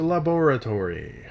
Laboratory